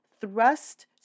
thrust